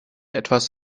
etwas